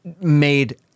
made